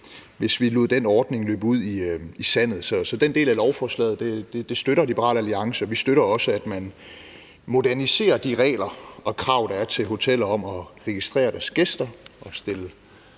hvis vi lod den ordning løbe ud i sandet. Så den del af lovforslaget støtter Liberal Alliance, og vi støtter også, at man moderniserer de regler og krav, der er til hoteller, om at registrere deres gæster og stille